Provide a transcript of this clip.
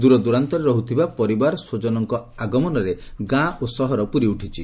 ଦୂରଦୂରାନ୍ତରେ ରହୁଥିବା ପରିବାର ସ୍ୱଜନଙ୍ଙ ଆଗମନରେ ଗାଁ ଓ ସହର ପୁରିଉଠିଛି